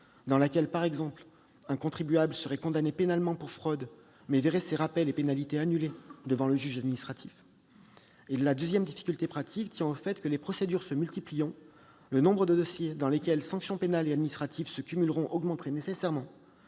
dans laquelle, par exemple, un contribuable serait condamné pénalement pour fraude, mais verrait ses rappels et pénalités annulés devant le juge administratif. Deuxièmement, les procédures se multipliant, le nombre de dossiers dans lesquels sanctions pénales et sanctions administratives se cumuleront augmenterait nécessairement.